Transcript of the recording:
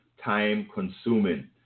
time-consuming